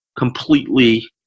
completely